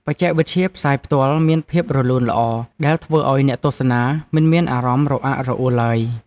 បច្ចេកវិទ្យាផ្សាយផ្ទាល់មានភាពរលូនល្អដែលធ្វើឱ្យអ្នកទស្សនាមិនមានអារម្មណ៍រអាក់រអួលឡើយ។